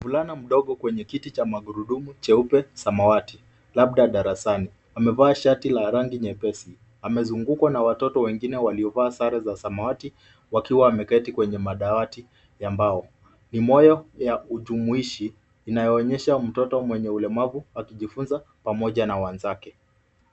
Mvulana mdogo kwenye kiti cha magurudumu cheupe, samawatil labda darasani. Amevaa shati la rangi nyepesi. Amezungukwa na watoto wengine waliovaa sare za samawati wakiwa wameketi kwenye madawati ya mbao. Ni moyo ya ujumuishi inayoonyesha mtoto mwenye ulemavu akijifunza pamoja na wenzake.